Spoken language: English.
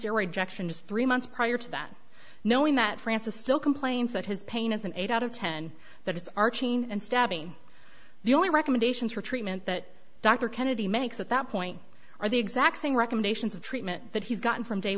action just three months prior to that knowing that francis still complains that his pain isn't eight out of ten that it's our chain and stabbing the only recommendations for treatment that dr kennedy makes at that point are the exact same recommendations of treatment that he's gotten from day